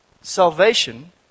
Salvation